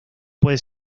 puede